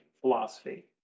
philosophy